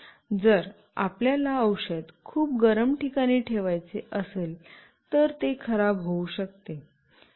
जर आपल्याला औषध खूप गरम ठिकाणी ठेवायचे असेल तर ते खराब होऊ शकते